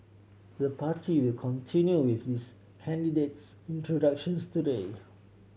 the party will continue with its candidates introductions today